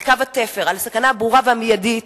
על קו התפר, בסכנה הברורה והמיידית.